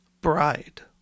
bride